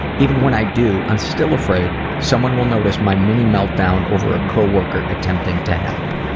even when i do, i'm still afraid someone will notice my mini meltdown over a coworker attempting to help.